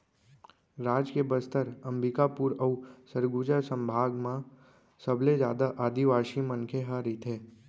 राज के बस्तर, अंबिकापुर अउ सरगुजा संभाग म सबले जादा आदिवासी मनखे ह रहिथे